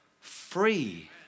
free